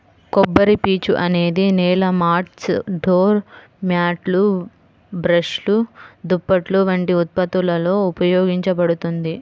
కొబ్బరిపీచు అనేది నేల మాట్స్, డోర్ మ్యాట్లు, బ్రష్లు, దుప్పట్లు వంటి ఉత్పత్తులలో ఉపయోగించబడుతుంది